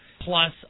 plus